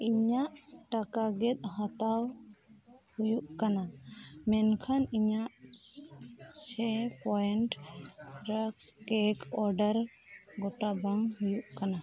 ᱤᱧᱟᱹᱜ ᱴᱟᱠᱟ ᱜᱮᱫ ᱦᱟᱛᱟᱣ ᱦᱩᱭᱩᱜ ᱠᱟᱱᱟ ᱢᱮᱱᱠᱷᱟᱱ ᱤᱧᱟᱹᱜ Chai Point rusk cake order ᱜᱚᱴᱟ ᱵᱟᱝ ᱦᱩᱭᱩᱜ ᱠᱟᱱᱟ